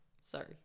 Sorry